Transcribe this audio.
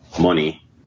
money